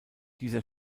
dieser